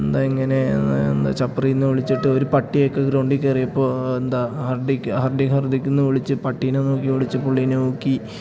എന്താ ഇങ്ങനെ എന്താ ചപ്രീയെന്ന് വിളിച്ചിട്ട് ഒരു പട്ടിയൊക്കെ ഗ്രൗണ്ടിൽ കയറിയപ്പോൾ എന്താ ഹർഡിക്ക് ഹർഡി ഹർഡിക്കിയെന്നു വിളിച്ച് പട്ടീനെ നോക്കി വിളിച്ച് പുള്ളീനെ നോക്കി